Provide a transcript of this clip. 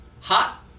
hot